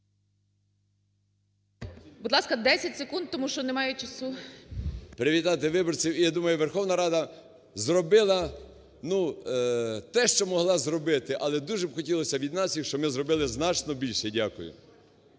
Будь ласка, 10 секунд, тому що немає часу. СПОРИШ І.Д. … привітати виборців. І я думаю, Верховна Рада зробила ну те, що могла зробити. Але дуже б хотілося відзначити, що ми зробили значно більше. Дякую.